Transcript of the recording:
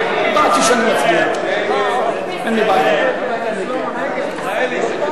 ההסתייגות של חברי הכנסת אורי אריאל ונסים זאב